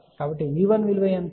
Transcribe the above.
కాబట్టిV1 విలువ ఎంత